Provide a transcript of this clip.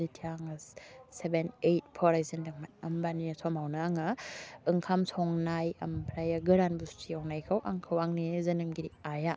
जिथिया आङो seven eight फरायजेन्दोंमोन होमबानि समावनो आङो ओंखाम संनाय ओमफ्रायो गोरान बुस्थु एवनायखौ आंखौ आंनि जेनाखि आइआ